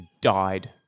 died